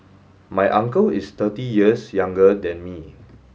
my uncle is thirty years younger than me